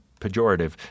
pejorative